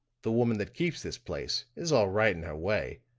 the woman that keeps this place, is all right in her way,